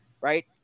right